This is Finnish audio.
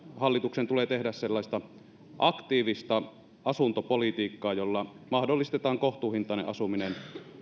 hallituksen tulee tehdä sellaista aktiivista asuntopolitiikkaa jolla mahdollistetaan kohtuuhintainen asuminen